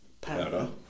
powder